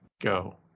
go